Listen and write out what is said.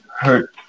hurt